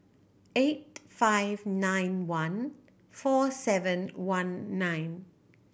eight five nine one four seven one nine